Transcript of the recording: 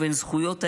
ובין זכויות האזרח,